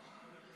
תודה רבה.